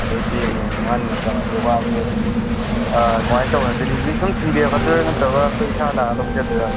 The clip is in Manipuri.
ꯑꯗꯨꯗꯤ ꯅꯨꯃꯤꯠ ꯃꯉꯥꯅꯤꯃꯨꯛ ꯆꯪꯉꯗꯤ ꯋꯥꯁꯦ ꯀꯔꯃꯥꯏꯅ ꯇꯧꯕꯅꯣ ꯗꯦꯂꯤꯚꯔꯤ ꯁꯨꯝ ꯊꯤꯟꯕꯤꯔꯛꯀꯗꯣꯏꯔꯥ ꯅꯠꯇ꯭ꯔꯒ ꯑꯩꯈꯣꯏ ꯏꯁꯥ ꯂꯥꯛꯑꯒ ꯂꯧꯖꯗꯣꯏꯔꯥ